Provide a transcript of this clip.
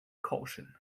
caution